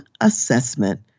assessment